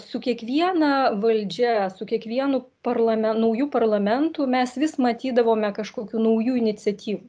su kiekviena valdžia su kiekvienu parlamen nauju parlamentu mes vis matydavome kažkokių naujų iniciatyvų